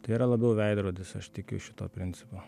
tai yra labiau veidrodis aš tikiu šituo principu